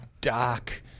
dark